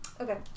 Okay